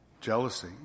jealousy